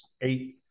eight